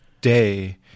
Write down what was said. day